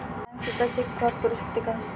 Bank सुद्धा cheque fraud करू शकते का?